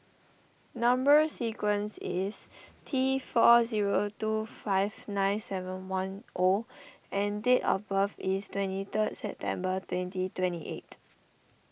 Number Sequence is T four zero two five nine seven one O and date of birth is twenty third September twenty twenty eight